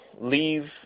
leave